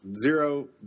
Zero